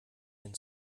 den